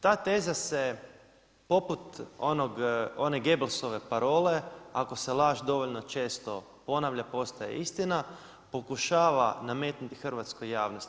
Ta teza se poput one Gabelsove parole ako se laž dovoljno često ponavlja postaje istina pokušava nametnuti hrvatskoj javnosti.